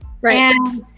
Right